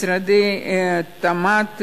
משרד התמ"ת,